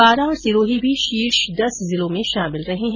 बारां और सिरोही भी शीर्ष दस जिलों में शामिल रहे है